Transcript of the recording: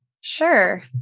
Sure